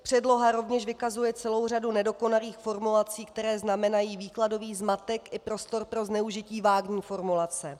Předloha rovněž vykazuje celou řadu nedokonalých formulací, které znamenají výkladový zmatek i prostor pro zneužití vágní formulace.